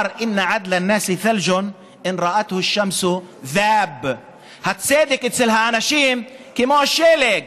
(אומר בערבית ומתרגם:) הצדק אצל האנשים הוא כמו שלג: